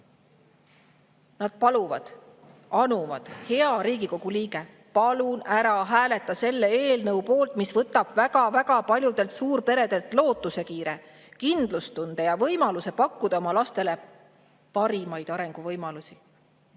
Nad paluvad, anuvad: hea Riigikogu liige, palun ära hääleta selle eelnõu poolt, mis võtab väga-väga paljudelt suurperedelt lootusekiire, kindlustunde ja võimaluse pakkuda oma lastele parimaid arenguvõimalusi.